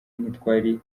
ntitwari